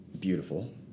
beautiful